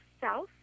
south